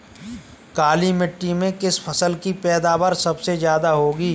काली मिट्टी में किस फसल की पैदावार सबसे ज्यादा होगी?